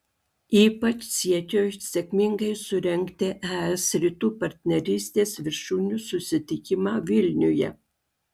ypač siekio sėkmingai surengti es rytų partnerystės viršūnių susitikimą vilniuje